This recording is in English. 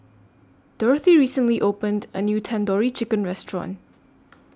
Dorthy recently opened A New Tandoori Chicken Restaurant